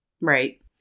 Right